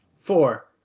four